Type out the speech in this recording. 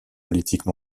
politiques